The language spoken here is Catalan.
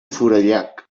forallac